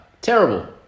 terrible